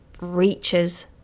reaches